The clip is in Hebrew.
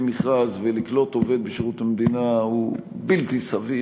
מכרז ולקלוט עובד בשירות המדינה הוא בלתי סביר,